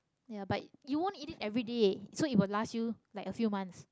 ya but you won't eat it everyday so it will last you like a few months